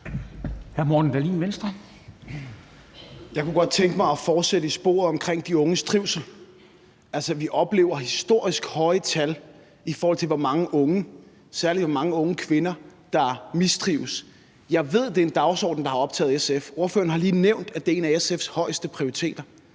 Jeg kunne godt tænke mig at fortsætte i det spor om de unges trivsel. Vi oplever historisk høje tal, i forhold til hvor mange unge og særlig unge kvinder der mistrives. Jeg ved, det er en dagsorden, der har optaget SF. Ordføreren har lige nævnt, at det er en af SF's højeste prioriteringer.